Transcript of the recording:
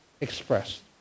expressed